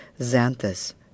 Xanthus